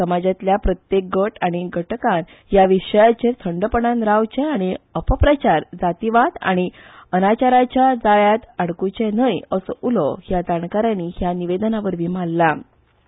समाजातल्या प्रत्येक गट आनी घटकांन ह्या विशयाचेर थंडपणान रावचे आनी अपप्रचार जातीवाद आनी अनाचाराच्या जाळ्यात आड़कुचे न्हय असो उलो ह्या जाणकारानी ह्या निवेदनावरवी माल्छा